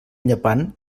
llepant